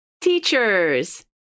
Teachers